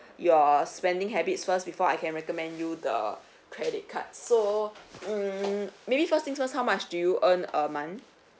your spending habits first before I can recommend you the credit cards so mm maybe first thing first how much do you earn a month